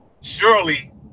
Surely